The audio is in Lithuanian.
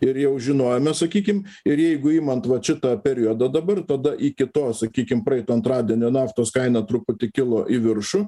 ir jau žinojome sakykim ir jeigu imant vat šitą periodą dabar tada iki to sakykim praeito antradienio naftos kaina truputį kilo į viršų